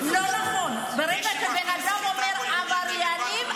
לאומי הוא עבריין.